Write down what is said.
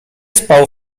spał